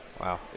Wow